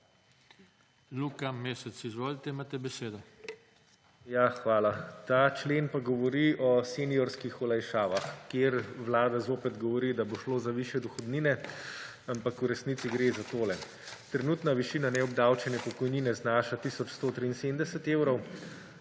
Luka Mesec. Izvolite, imate besedo. **LUKA MESEC (PS Levica):** Hvala. Ta člen pa govori o seniorskih olajšavah, kjer Vlada zopet govori, da bo šlo za višje dohodnine, ampak v resnici gre za tole. Trenutna višina neobdavčene pokojnine znaša tisoč 173 evrov,